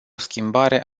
schimbare